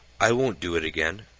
i won't do it again.